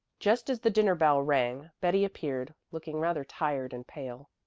just as the dinner-bell rang, betty appeared, looking rather tired and pale.